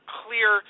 clear